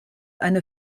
eine